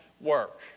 work